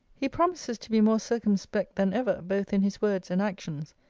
he promises to be more circumspect than ever, both in his words and actions,